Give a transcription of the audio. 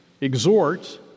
exhort